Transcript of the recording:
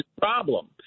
problem